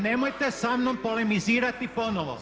Nemojte sa mnom polemizirati ponovo!